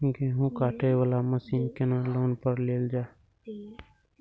गेहूँ काटे वाला मशीन केना लोन पर लेल जाय?